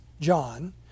John